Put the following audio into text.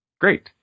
Great